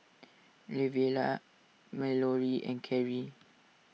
Lavelle Mallory and Kerry